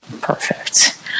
Perfect